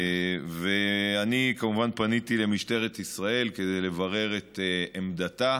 אני כמובן פניתי אל משטרת ישראל כדי לברר את עמדתה